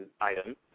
item